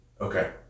Okay